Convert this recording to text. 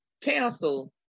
cancel